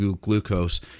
glucose